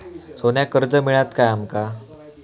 सोन्याक कर्ज मिळात काय आमका?